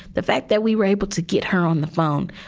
the fact that we were able to get her on the phone,